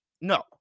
no